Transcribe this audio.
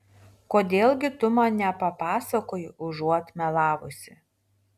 kodėl gi tu man nepapasakoji užuot melavusi